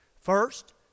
First